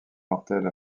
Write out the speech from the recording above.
mortelle